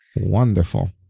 Wonderful